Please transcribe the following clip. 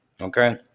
okay